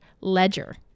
Ledger